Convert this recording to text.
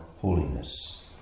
holiness